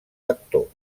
lector